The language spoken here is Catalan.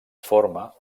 forma